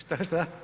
Šta, šta?